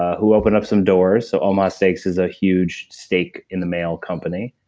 who opened up some doors. so omaha steaks is a huge steak in the mail company.